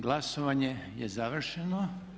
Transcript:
Glasovanje je završeno.